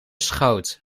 schoot